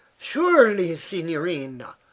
surely, signorina.